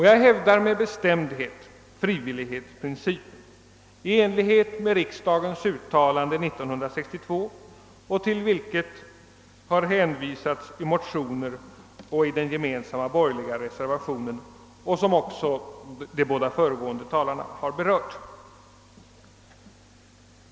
Jag hävdar med bestämdhet frivillighetsprincipen i enlighet med riksdagens uttalande 1962, till vilket har hänvisats i motioner och i den gemensamma <:borgerliga reservationen och som även de båda föregående talarna har berört.